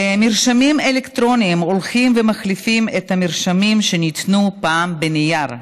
מרשמים אלקטרוניים הולכים ומחליפים את המרשמים שניתנו פעם בנייר.